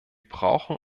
brauchen